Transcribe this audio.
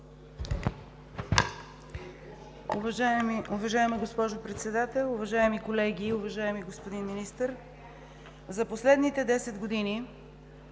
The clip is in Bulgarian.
Уважаема госпожо Председател, уважаеми колеги, уважаеми господин Министър! За последните 10 години